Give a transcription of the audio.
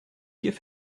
give